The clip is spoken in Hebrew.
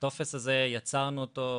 הטופס הזה יצרנו אותו,